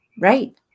right